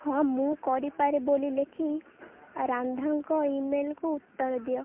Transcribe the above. ହଁ ମୁଁ କରିପାରେ ବୋଲି ଲେଖି ରାନ୍ଧାଙ୍କ ଇମେଲ୍କୁ ଉତ୍ତର ଦିଅ